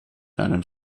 einem